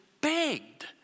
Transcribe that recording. begged